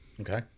Okay